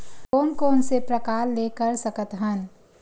कोन कोन से प्रकार ले कर सकत हन?